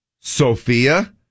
Sophia